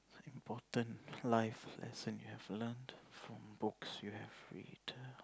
important life lesson you have learnt from books you have read